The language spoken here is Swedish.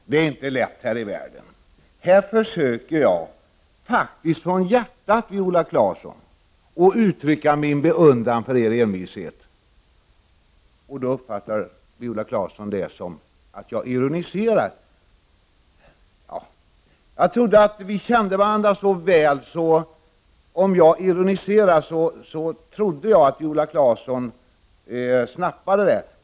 Herr talman! Det är inte lätt här i världen. Här försöker jag faktiskt från hjärtat, Viola Claesson, uttrycka min beundran för vpk:s envishet. Då uppfattar Viola Claesson det som att jag ironiserar. Jag trodde att vi kände varandra så väl att om jag ironiserar så skulle Viola Claesson snappa upp det.